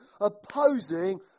opposing